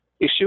issue